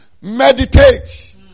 Meditate